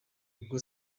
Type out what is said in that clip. ubwo